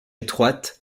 étroite